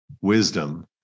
wisdom